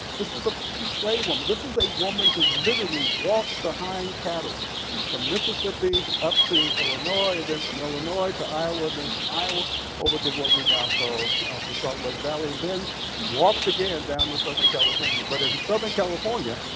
this is a slave woman. this is a woman who literally walked behind cattle from mississippi up to illinois, and then from illinois to iowa, and then from iowa over to what we now call the salt lake valley. and then walked again down to southern california. but in southern california,